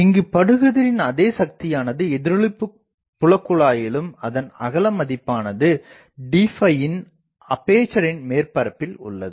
இங்குப்படுகதிரின் அதே சக்தியானது எதிரொளிப்பு புலகுழாயிலும் அதன் அகல மதிப்பானது d வின் அபேசரின் மேற்பரப்பில் உள்ளது